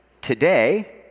today